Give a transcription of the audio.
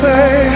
Say